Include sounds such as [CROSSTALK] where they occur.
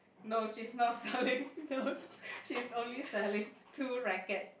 no she is not [LAUGHS] selling no [LAUGHS] she is only selling two rackets